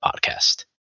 podcast